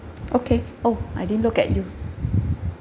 okay oh I didn't look at you